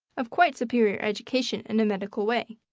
of quite superior education in a medical way.